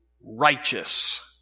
righteous